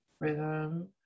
rhythm